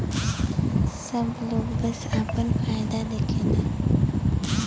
सब लोग बस आपन फायदा देखला